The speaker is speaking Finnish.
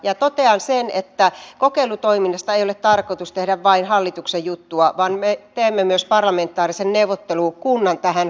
totean sen että kokeilutoiminnasta ei ole tarkoitus tehdä vain hallituksen juttua vaan me teemme myös parlamentaarisen neuvottelukunnan tähän kokeilutoiminnan edistämiseen